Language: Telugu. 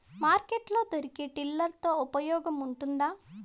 మార్కెట్ లో దొరికే టిల్లర్ తో ఉపయోగం ఉంటుందా?